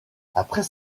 après